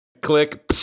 Click